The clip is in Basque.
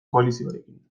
koalizioarekin